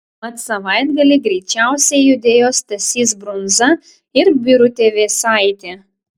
mat savaitgalį greičiausiai judėjo stasys brunza ir birutė vėsaitė